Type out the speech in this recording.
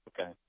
okay